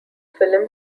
film